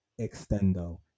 extendo